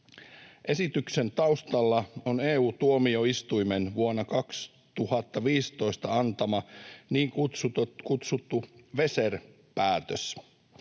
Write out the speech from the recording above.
Esityksen taustalla on EU-tuomioistuimen vuonna 2015 antama niin kutsuttu Weser-päätös,